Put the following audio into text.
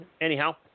Anyhow